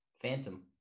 Phantom